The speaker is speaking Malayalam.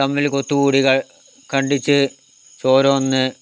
തമ്മിൽ കൊത്തുകൂടി ക കണ്ടിച്ച് ചോര വന്ന്